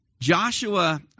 Joshua